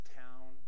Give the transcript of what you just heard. town